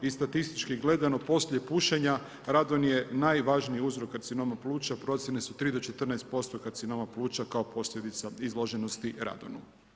I statistički gledano poslije pušenja radon je najvažniji uzrok karcinoma pluća, procjene su 3 do 14% karcinoma pluća kao posljedica izloženosti radonu.